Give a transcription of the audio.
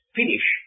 finish